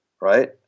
right